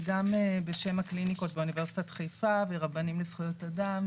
וגם בשם הקליניקות באוניברסיטת חיפה ורבנים לזכויות אדם.